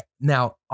Now